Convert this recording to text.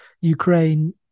Ukraine